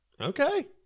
okay